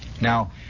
Now